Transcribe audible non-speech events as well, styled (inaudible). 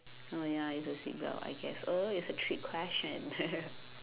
oh ya it's a seatbelt I guess oh it's a trick question (laughs)